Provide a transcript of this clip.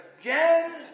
again